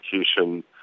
execution